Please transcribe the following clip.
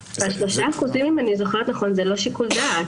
ה-3%, אם אני זוכרת נכון, זה לא שיקול דעת.